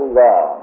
law